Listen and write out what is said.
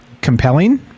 compelling